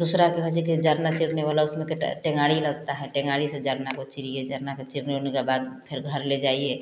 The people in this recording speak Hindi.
दूसरा के चीरने वाला उसमें कटे टेंगारी लगता है टेंगारी से जरना को चीरिए जरना के ची ने उरने के बाद फिर घर ले जाइए